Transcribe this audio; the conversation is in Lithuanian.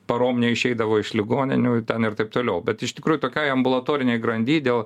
parom neišeidavo iš ligoninių ten ir taip toliau bet iš tikrųjų tokioj ambulatorinėj grandy dėl